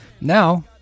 Now